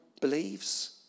Believes